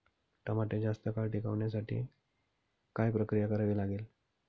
टमाटे जास्त काळ टिकवण्यासाठी काय प्रक्रिया करावी लागेल?